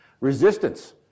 resistance